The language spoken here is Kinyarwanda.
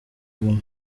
guma